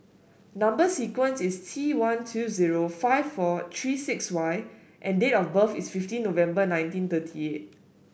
number sequence is T one two zero five four three six Y and date of birth is fifteen November nineteen thirty eight